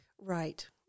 Right